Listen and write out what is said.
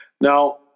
Now